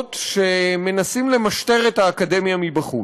קולות שמנסים למשטר את האקדמיה מבחוץ,